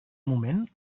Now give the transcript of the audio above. moment